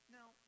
Now